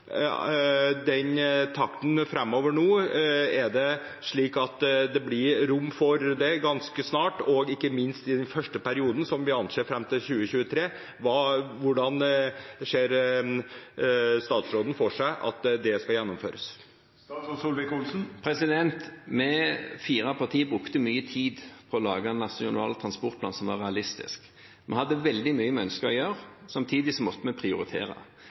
den første perioden, som vi anser er fram til 2023: Hvordan ser statsråden for seg at det skal gjennomføres? Vi – de fire partiene – brukte mye tid på å lage en nasjonal transportplan som var realistisk. Vi hadde veldig mye vi ønsket å gjøre, samtidig måtte vi prioritere.